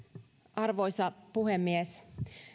arvoisa puhemies